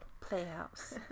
Playhouse